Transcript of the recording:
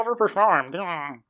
overperformed